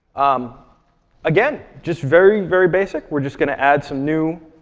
um again, just very, very basic. we're just going to add some new